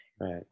right